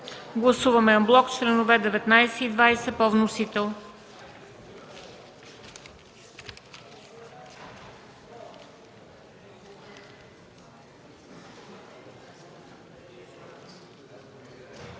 Гласуваме анблок членове 19 и 20 по вносител.